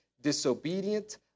disobedient